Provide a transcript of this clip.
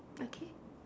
okay